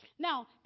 Now